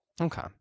Okay